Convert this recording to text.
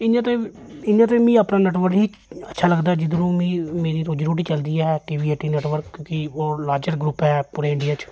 इ'यां ते इ'यां ते मिगी अपना नेटवर्क अच्छा लगदा जिद्धरुं मीं मेरी रोजी रोटी चलदी ऐ टीवी एटी नेटवर्क क्योंकि ओह् लार्जर ग्रुप ऐ पूरे इंडिया च